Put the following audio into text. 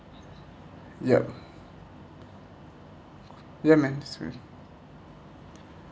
yup ya man sure